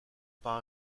par